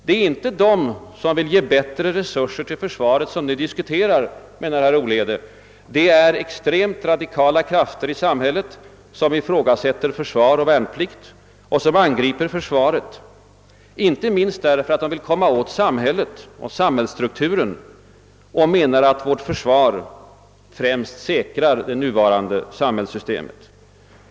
Det är inte de som vill ge bättre resurser till försvaret som nu diskuterar, menar herr Olhede, utan det är extremt radikala krafter i samhället som ifrågasätter försvar och värnplikt och som angriper försvaret inte minst därför att de vill komma åt samhället och samhällsstrukturen och menar att vårt försvar främst säkrar det nuvarande samhällssystemet.